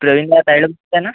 प्रविणा ट्रेडर्सचा आहे ना